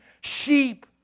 sheep